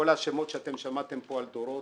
כל השמות שאתם שמעתם כאן על דורות,